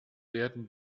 werden